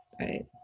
right